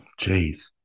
jeez